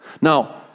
Now